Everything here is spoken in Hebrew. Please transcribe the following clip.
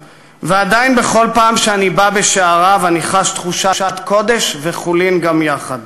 ועדיין בכל פעם שאני בא בשעריו אני חש תחושת קודש וחולין גם יחד: